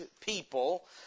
people